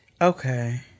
Okay